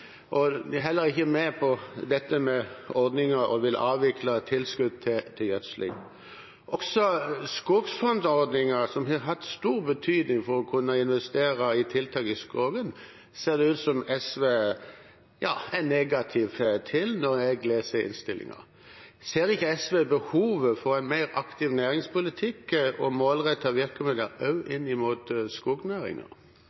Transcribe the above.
med tilskudd til gjødsling. Også skogfondsordningen, som har hatt stor betydning for å kunne investere i tiltak i skogen, ser det ut som om SV er negativ til, når jeg leser i innstillingen. Ser ikke SV behovet for en mer aktiv næringspolitikk og